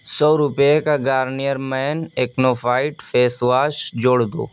سو روپئے کا Garnier men AcnoFight face wash جوڑ دو